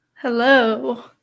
Hello